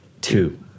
Two